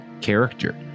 character